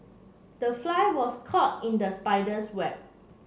the fly was caught in the spider's web